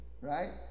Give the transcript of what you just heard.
right